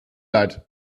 leid